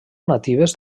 natives